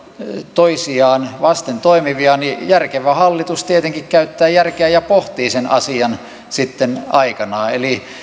toisiaan vasten toimivia niin järkevä hallitus tietenkin käyttää järkeä ja pohtii sen asian sitten aikanaan